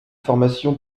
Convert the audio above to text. formation